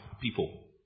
people